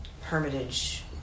hermitage